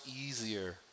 easier